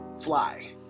fly